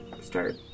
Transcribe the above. start